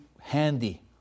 handy